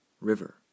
river